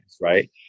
Right